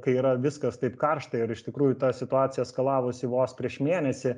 kai yra viskas taip karšta ir iš tikrųjų ta situacija eskalavosi vos prieš mėnesį